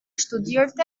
studierte